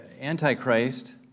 Antichrist